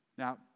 Now